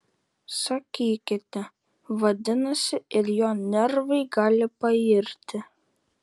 sakykite vadinasi ir jo nervai gali pairti